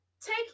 Take